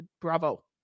Bravo